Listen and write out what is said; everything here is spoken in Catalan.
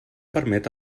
permet